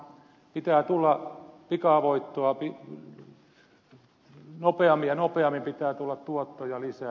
pitää tulla pikavoittoa nopeammin ja nopeammin pitää tulla tuottoja lisää